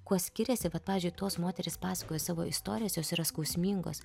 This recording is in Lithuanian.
kuo skiriasi vat pavyzdžiui tos moterys pasakoja savo istorijas jos yra skausmingos